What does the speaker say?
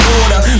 order